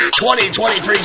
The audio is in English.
2023